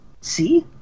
See